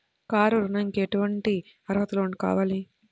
Car ఋణంకి ఎటువంటి అర్హతలు కావాలి?